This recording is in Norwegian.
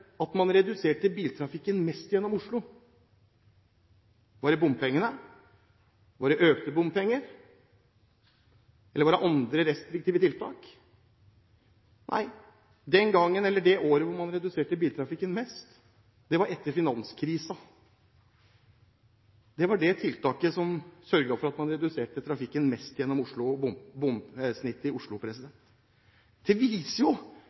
var det økte bompenger, eller var det andre restriktive tiltak? Nei, det året da man reduserte biltrafikken mest, var etter finanskrisen. Det var det tiltaket som sørget for at man reduserte trafikken mest gjennom Oslo – og snittet i Oslo. Det viser jo